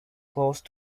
close